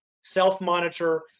self-monitor